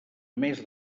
mes